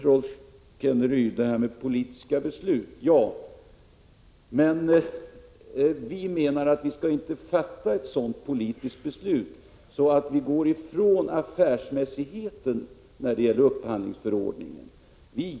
Rolf Kenneryd berörde politiska beslut. Vi menar att vi inte skall fatta ett sådant politiskt beslut att man går ifrån affärsmässigheten när det gäller upphandlingsförordningen.